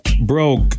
broke